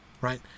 right